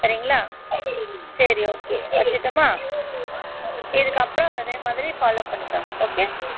சரிங்களா சரி ஓகே வச்சிர்ட்டுமா இதுக்கப்புறோம் அதே மாதிரி ஃபாலோ பண்ணிக்கோங்க ஓகே